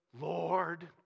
Lord